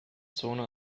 zone